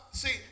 See